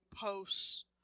posts